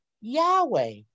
Yahweh